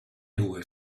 due